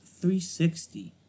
360